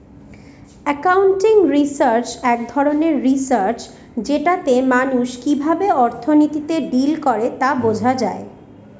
accounting research এক ধরনের research যেটাতে মানুষ কিভাবে অর্থনীতিতে ডিল করে তা বোঝা যায়